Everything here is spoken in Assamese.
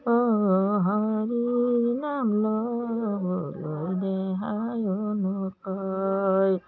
অঁ হৰি নাম ল'বলৈ দেহায়ো নকয়